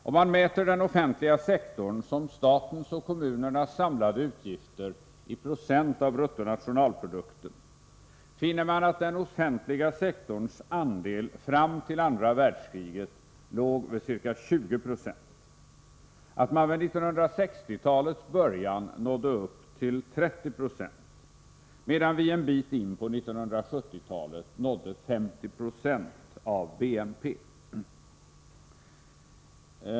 Om man mäter den offentliga sektorn som statens och kommunernas samlade utgifter i procent av bruttonationalprodukten, finner man att den offentliga sektorns andel fram till andra världskriget låg vid ca 20 96, att man vid 1960-talets början nådde upp till 30 96, medan vi en bit in på 1970-talet nådde 50 96 av BNP.